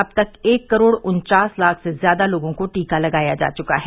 अब तक एक करोड़ उन्चास लाख से ज्यादा लोगों को टीका लगाया जा चुका है